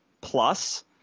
plus